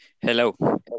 Hello